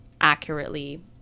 accurately